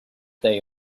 day